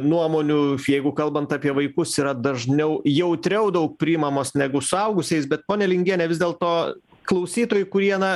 nuomonių jeigu kalbant apie vaikus yra dažniau jautriau daug priimamos negu suaugusiais bet ponia lingiene vis dėlto klausytojų kurie na